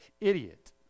idiot